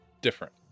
different